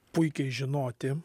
puikiai žinoti